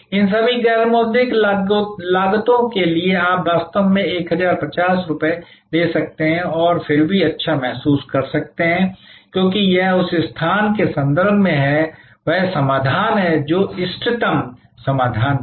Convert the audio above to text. इन सभी गैर मौद्रिक लागतों के लिए आप वास्तव में 1050 ले सकते हैं और फिर भी अच्छा महसूस कर सकते हैं क्योंकि यह उस स्थान के सन्दर्भ में है वह समाधान है जो इष्टतम समाधान था